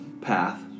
path